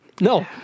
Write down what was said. No